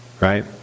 right